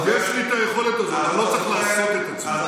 יש לי את היכולת הזאת, אני לא צריך לעשות את עצמי.